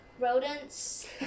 rodents